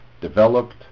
developed